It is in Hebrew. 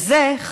וזה,